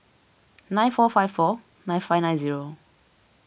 nine four five four nine five nine zero